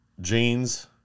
jeans